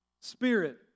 spirit